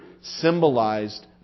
symbolized